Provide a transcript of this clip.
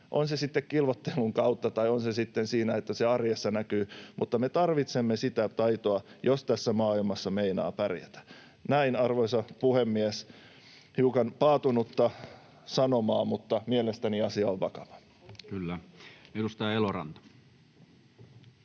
on se sitten kilvoittelun kautta tai on se sitten sitä, että se näkyy arjessa, mutta me tarvitsemme sitä taitoa, jos tässä maailmassa meinaa pärjätä. Näin, arvoisa puhemies, hiukan paatunutta sanomaa, mutta mielestäni asia on vakava. [Speech 152] Speaker: